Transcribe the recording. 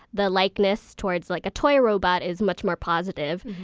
the likeness towards like a toy robot is much more positive.